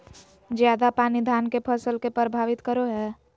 ज्यादा पानी धान के फसल के परभावित करो है?